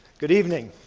good evening.